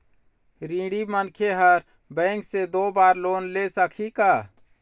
ऋणी मनखे हर बैंक से दो बार लोन ले सकही का?